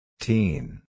Teen